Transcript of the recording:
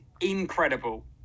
incredible